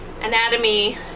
anatomy